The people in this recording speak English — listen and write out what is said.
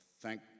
thank